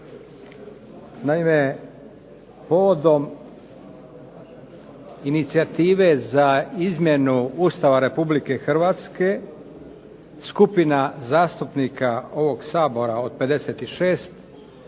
Naime povodom inicijative za izmjenu Ustava Republike Hrvatske, skupina zastupnika ovog Sabora od 56